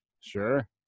Sure